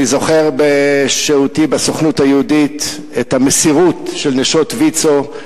אני זוכר בשהותי בסוכנות היהודית את המסירות של נשות ויצו,